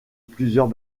plusieurs